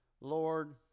Lord